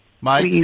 Mike